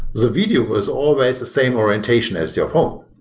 the video was always the same orientation as your phone.